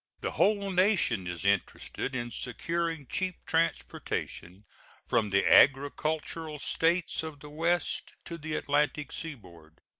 the whole nation is interested in securing cheap transportation from the agricultural states of the west to the atlantic seaboard.